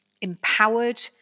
empowered